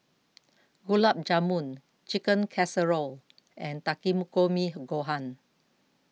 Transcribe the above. Gulab Jamun Chicken Casserole and Takikomi Gohan